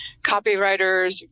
copywriters